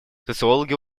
социологи